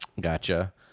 gotcha